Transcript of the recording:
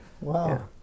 wow